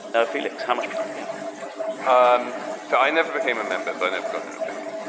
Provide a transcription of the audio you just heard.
ah felix, how much people to get um so i never became a member, so i never got anything.